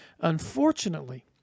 Unfortunately